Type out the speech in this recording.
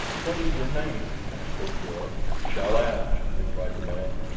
what is your name? asked ajor. chal-az, replied the man.